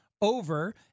over